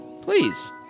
Please